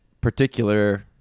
particular